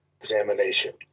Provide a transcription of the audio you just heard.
examination